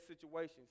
situations